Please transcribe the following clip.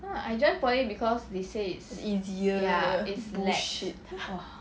easier bullshit